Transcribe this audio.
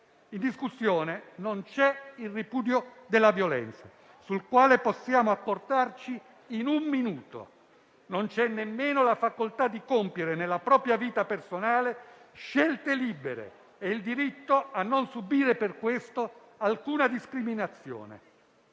In discussione non c'è il ripudio della violenza, sul quale possiamo accordarci in un minuto. E non c'è nemmeno la facoltà di compiere nella propria vita personale scelte libere e il diritto di non subire per questo alcuna discriminazione.